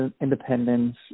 independence